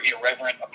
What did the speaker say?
irreverent